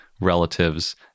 relatives